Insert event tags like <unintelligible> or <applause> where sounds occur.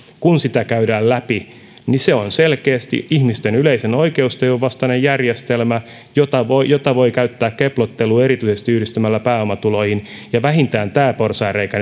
kun sitä käydään läpi on selkeästi ihmisten yleisen oikeustajun vastainen järjestelmä jota voi jota voi käyttää keplotteluun erityisesti yhdistämällä pääomatuloihin vähintään tämä porsaanreikä <unintelligible>